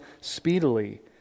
speedily